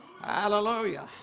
Hallelujah